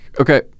okay